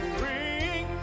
bring